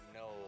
no